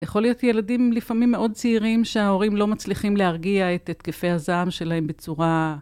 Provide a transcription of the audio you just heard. יכול להיות ילדים לפעמים מאוד צעירים שההורים לא מצליחים להרגיע את תקפי הזעם שלהם בצורה רגועה אז הם מתחילים לצעוק עליהם.